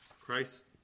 Christ